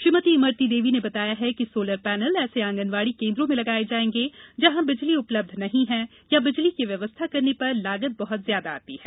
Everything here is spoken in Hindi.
श्रीमती इमरती देवी ने बताया है कि सोलर पैनल ऐसे आँगनवाड़ी केन्द्रों में लगाये जाएंगे जहाँ बिजली उपलब्ध नहीं है या बिजली की व्यवस्था करने पर लागत बहुत ज्यादा आती है